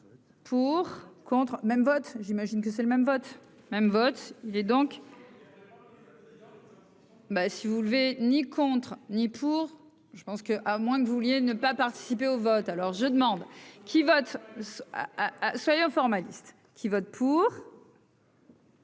Pour contre même vote, j'imagine que c'est le même vote même vote, il est donc. Ben si vous levez ni contre ni pour je pense que, à moins que vous vouliez, ne pas participer au vote, alors je demande : qui vote à ah Soyons formaliste qui vote pour.